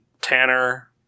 Tanner